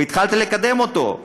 והתחלתי לקדם אותו.